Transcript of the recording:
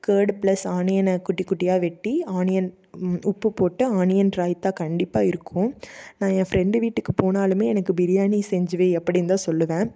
curd plus ஆனியனை குட்டி குட்டியாக வெட்டி ஆனியன் உப்பு போட்டு ஆனியன் ரைத்தா கண்டிப்பாக இருக்கும் நான் என் ஃப்ரெண்டு வீட்டுக்கு போனாலும் எனக்கு பிரியாணி செஞ்சு வை அப்படின்னு தான் சொல்லுவேன்